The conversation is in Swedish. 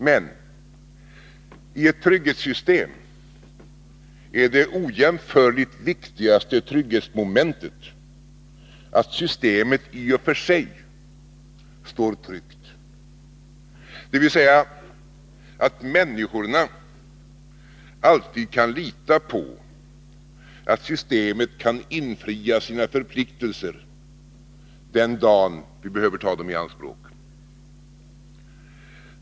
Men i ett trygghetssystem är det ojämförligt viktigaste trygghetsmomentet att systemet i och för sig står tryggt, dvs. att människorna alltid kan lita på att systemet kan infria sina förpliktelser den dagen vi behöver ta dem i anspråk.